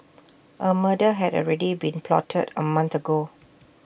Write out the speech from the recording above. A murder had already been plotted A month ago